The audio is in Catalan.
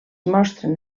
mostren